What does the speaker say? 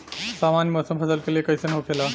सामान्य मौसम फसल के लिए कईसन होखेला?